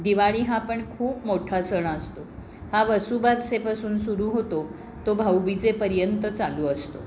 दिवाळी हा पण खूप मोठा सण असतो हा वसुबारसेपासून सुरू होतो तो भाऊबीजेपर्यंत चालू असतो